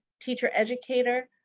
teacher educator,